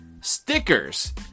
stickers